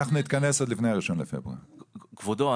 אנחנו נתכנס עוד לפני ה- 1.2.2023. כבודו,